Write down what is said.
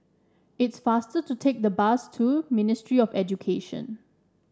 it's faster to take the bus to Ministry of Education